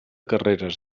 carreres